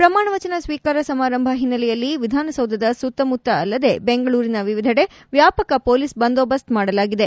ಪ್ರಮಾಣವಚನ ಸ್ವೀಕಾರ ಸಮಾರಂಭ ಓನ್ನೆಲೆಯಲ್ಲಿ ವಿಧಾನಸೌಧದ ಸುತ್ತಮುತ್ತ ಅಲ್ಲದೆ ಬೆಂಗಳೂರಿನ ವಿವಿಧೆಡೆ ವ್ಯಾಪಕ ಹೊಲೀಸ್ ಬಂದೋಬಸ್ತ್ ಮಾಡಲಾಗಿದೆ